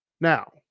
Now